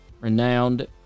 renowned